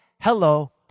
hello